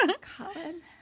Colin